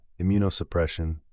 immunosuppression